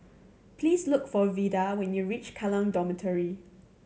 please look for Vida when you reach Kallang Dormitory